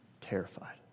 terrified